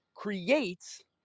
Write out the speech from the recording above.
creates